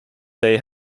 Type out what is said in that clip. they